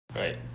Right